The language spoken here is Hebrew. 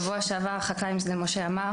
בשבוע שעבר, חקלאי משדה משה אמר